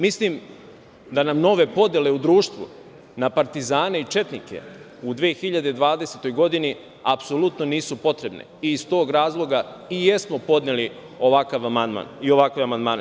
Mislim da nam nove podele u društvu na partizane i četnike u 2020. godini apsolutno nisu potrebne i iz tog razloga i jesmo podneli ovakav amandman i ovakve amandmane.